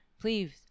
please